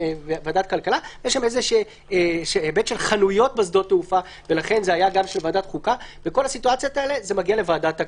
ובמצבים שיש מחלוקת זה יכול להגיע לוועדת הכנסת.